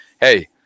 hey